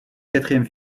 quatrième